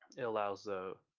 it allows the,